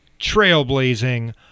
trailblazing